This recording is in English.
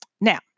Now